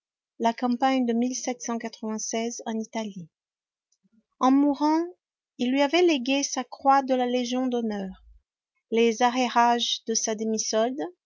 la campagne de en italie en mourant il lui avait légué sa croix de la légion d'honneur les arrérages de sa